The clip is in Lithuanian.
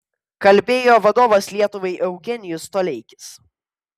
kalbėjo vadovas lietuvai eugenijus toleikis